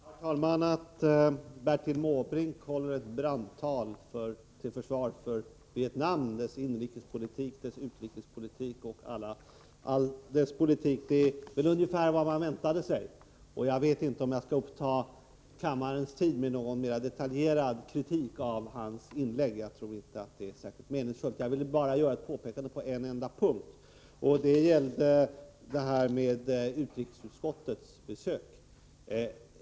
Herr talman! Att Bertil Måbrink håller ett brandtal till försvar för Vietnam, dess inrikespolitik, dess utrikespolitik, ja, hela dess politik, är väl ungefär vad man hade väntat sig. Jag vet inte om jag skall uppta kammarens tid med någon mera detaljerad kritik av hans inlägg — jag tror inte att det är särskilt meningsfullt. Jag vill bara på en enda punkt göra ett påpekande, och det gäller utrikesutskottets besök.